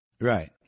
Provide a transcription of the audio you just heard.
right